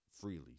freely